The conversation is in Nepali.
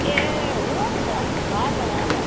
ए हुन्छ हजुर हजुर